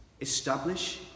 establish